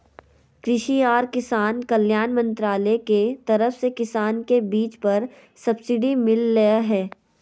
कृषि आर किसान कल्याण मंत्रालय के तरफ से किसान के बीज पर सब्सिडी मिल लय हें